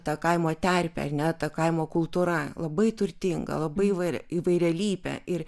tą kaimo terpė ar ne ta kaimo kultūra labai turtinga labai įvairi įvairialypė ir